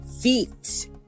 feet